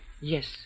Yes